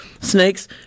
Snakes